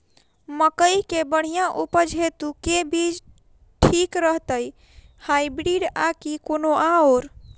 मकई केँ बढ़िया उपज हेतु केँ बीज ठीक रहतै, हाइब्रिड आ की कोनो आओर?